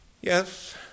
Yes